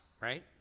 right